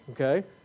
okay